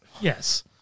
Yes